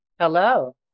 Hello